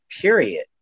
period